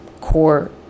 core